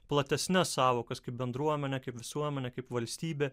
platesnes sąvokas kaip bendruomenė kaip visuomenė kaip valstybė